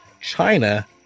China